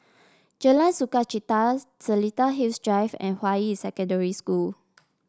Jalan Sukachita Seletar Hills Drive and Hua Yi Secondary School